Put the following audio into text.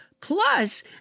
Plus